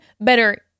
better